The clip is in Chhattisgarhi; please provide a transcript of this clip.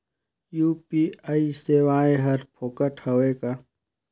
यू.पी.आई सेवाएं हर फोकट हवय का?